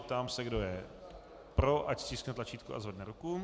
Ptám se kdo je pro, ať stiskne tlačítko a zvedne ruku.